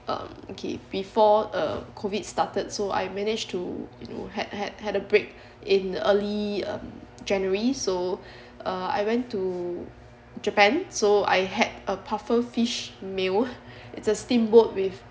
um okay before uh COVID started so I managed to you know had had had a break in early um January so uh I went to Japan so I had a pufferfish meal it's a steamboat with